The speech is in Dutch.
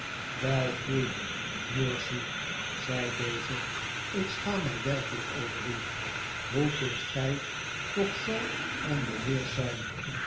wel foei mercy zei deze ik schaam mij werkelijk over u hoe kunt gij toch zoo onbeheerscht zijnl